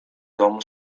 domu